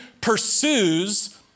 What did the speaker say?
pursues